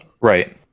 Right